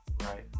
right